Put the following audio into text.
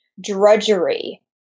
drudgery